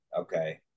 okay